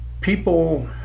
people